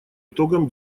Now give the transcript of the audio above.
итогам